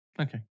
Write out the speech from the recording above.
okay